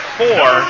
four